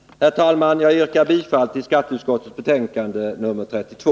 Herr talman! Jag yrkar bifall till skatteutskottets hemställan i betänkande 32.